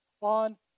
on